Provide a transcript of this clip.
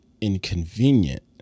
inconvenient